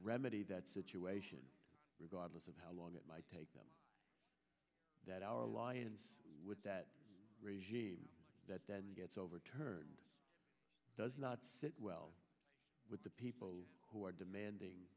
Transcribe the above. remedy that situation regardless of how long it might take them that our alliance with that regime gets overturned does not sit well with the people who are demanding